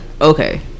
Okay